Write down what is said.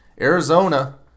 Arizona